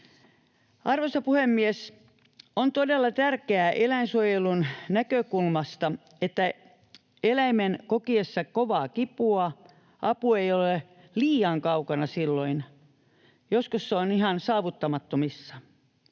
Arvoisa puhemies! On todella tärkeää eläinsuojelun näkökulmasta, että eläimen kokiessa kovaa kipua apu ei ole liian kaukana — joskus se on ihan saavuttamattomissa.